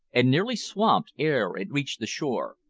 and nearly swamped ere it reached the shore.